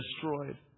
destroyed